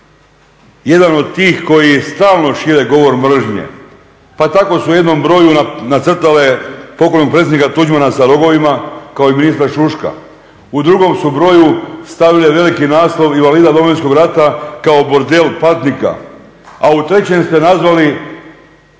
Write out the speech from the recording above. U drugom su broju stavile veliki naslov invalida Domovinskog rata kao bordel patnika, a u trećem ste nazvali